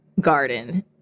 garden